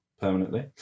permanently